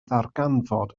ddarganfod